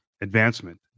advancement